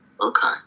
Okay